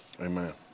Amen